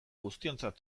guztiontzat